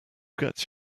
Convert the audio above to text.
gets